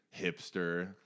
hipster